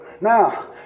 Now